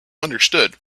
understood